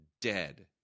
dead